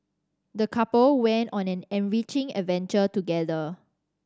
the couple went on an enriching adventure together